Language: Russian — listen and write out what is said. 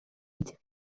этих